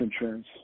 insurance